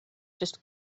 just